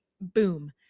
boom